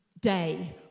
day